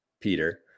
Peter